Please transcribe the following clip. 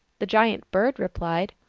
the giant bird replied,